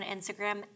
Instagram